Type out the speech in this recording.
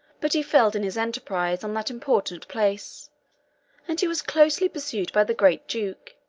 but he failed in his enterprise on that important place and he was closely pursued by the great duke,